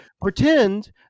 pretend